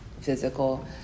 physical